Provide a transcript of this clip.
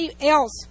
else